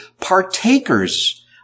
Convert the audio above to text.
partakers